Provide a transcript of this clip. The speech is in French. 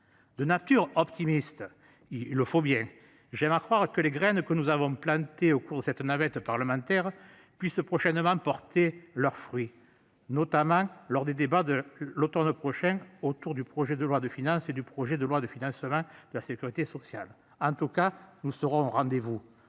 De nature optimiste. Il faut bien, j'aime à croire que les graines que nous avons planté au cours de cette navette parlementaire puisse prochainement porter leurs fruits, notamment lors des débats de l'Automne prochain autour du projet de loi de finances et du projet de loi de financement de la Sécurité sociale. En tout cas nous serons au rendez-vous